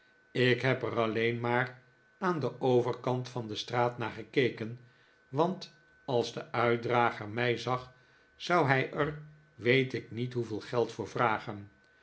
ik heb er alleen maar aan den overkant van de straat naar gekeken want als de uitdrager mij zag zou hij er ik weet niet hoeveel geld voor vragen